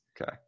Okay